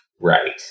Right